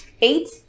eight